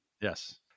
Yes